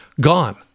Gone